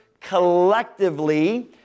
collectively